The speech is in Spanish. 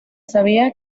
sabía